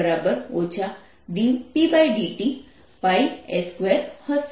πs2 હશે અને dBdt0ndIdt હશે